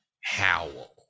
howl